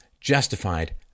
justified